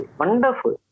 wonderful